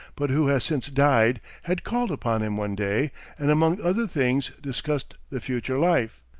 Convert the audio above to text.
but who has since died, had called upon him one day and among other things discussed the future life.